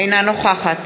אינה נוכחת